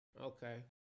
okay